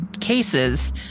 cases